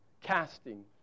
casting